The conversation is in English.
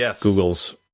Google's